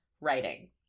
writing